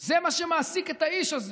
זה מה שמעסיק את האיש הזה.